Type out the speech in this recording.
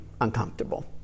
uncomfortable